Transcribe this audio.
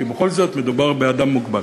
כי בכל זאת מדובר באדם מוגבל.